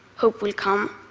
hope will come.